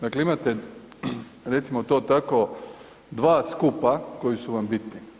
Dakle, imate recimo to tako 2 skupa koji su vam bitni.